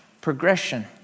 progression